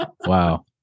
Wow